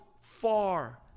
far